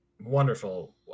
wonderful